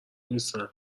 نیستن